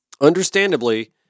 understandably